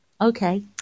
Okay